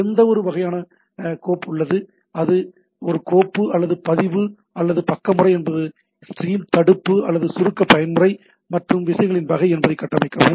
எந்த வகையான கோப்பு உள்ளது அது ஒரு கோப்பு அல்லது பதிவு அல்லது பக்க முறை என்பதை ஸ்ட்ரீம் தடுப்பு அல்லது சுருக்க பயன்முறை மற்றும் விஷயங்களின் வகை என்பதை கட்டமைக்கவும்